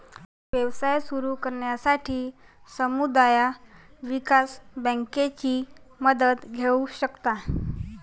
व्यवसाय सुरू करण्यासाठी समुदाय विकास बँकेची मदत घेऊ शकता